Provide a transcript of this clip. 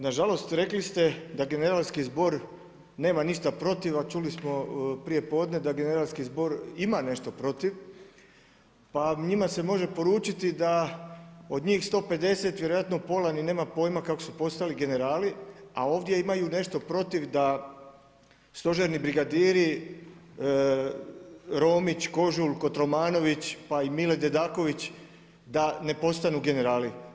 Na žalost rekli ste da Generalski zbog nema ništa protiv, a čuli smo prijepodne da Generalski zbor ima nešto protiv pa njima se može poručiti da od njih 150 vjerojatno ni pola nema pojma kako su postali generali, a ovdje imaju nešto protiv da stožerni brigadiri Romić, Kožul, Kotromanović, pa i Mile Dedaković da ne postanu generali.